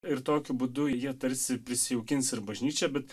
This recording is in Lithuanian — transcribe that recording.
ir tokiu būdu jie tarsi prisijaukins ir bažnyčią bet